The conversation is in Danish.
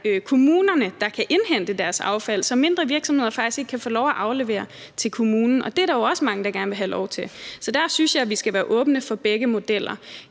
kommunerne, der kan afhente deres affald, så mindre virksomheder faktisk ikke kan få lov til at aflevere det til kommunen. Og det er der jo også mange der gerne vil have lov til. Så der synes jeg vi skal være åbne for begge modeller.